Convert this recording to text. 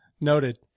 Noted